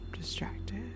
distracted